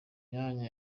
myanya